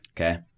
Okay